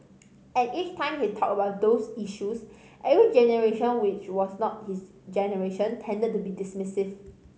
and each time he talked about those issues every generation which was not his generation tended to be dismissive